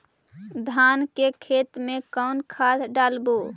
धान के खेत में कौन खाद डालबै?